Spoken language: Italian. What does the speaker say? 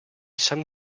san